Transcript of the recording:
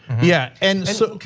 yeah and so,